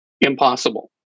impossible